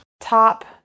Top